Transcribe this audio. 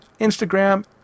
Instagram